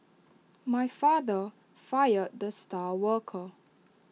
my father fired the star worker